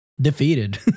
defeated